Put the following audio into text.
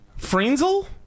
Frenzel